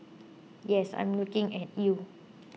yes I'm looking at you